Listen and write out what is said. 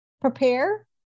Prepare